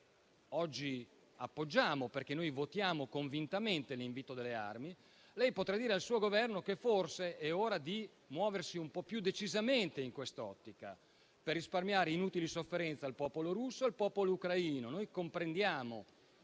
oggi appoggiamo e votiamo convintamente l'invio delle armi. Lei potrà dire al suo Governo che però è forse ora di muoversi più decisamente in quest'ottica, per risparmiare inutili sofferenze al popolo russo e al popolo ucraino. Noi comprendiamo